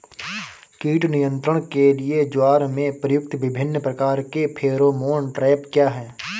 कीट नियंत्रण के लिए ज्वार में प्रयुक्त विभिन्न प्रकार के फेरोमोन ट्रैप क्या है?